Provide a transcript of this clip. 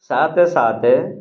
ସାତ ସାତ